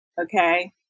Okay